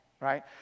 Right